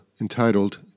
entitled